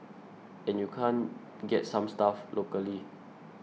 and you can't get some stuff locally